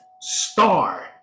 star